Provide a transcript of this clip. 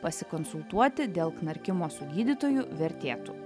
pasikonsultuoti dėl knarkimo su gydytoju vertėtų